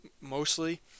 mostly